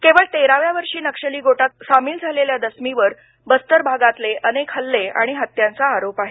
केवळ तेराव्या वर्षी नक्षली गोटात सामील झालेल्या दस्मीवर बस्तर भागातले अनेक हल्ले आणि हत्यांचा आरोप आहे